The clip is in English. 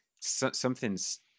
something's